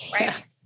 right